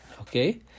okay